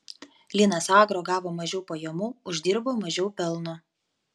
linas agro gavo mažiau pajamų uždirbo mažiau pelno